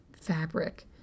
fabric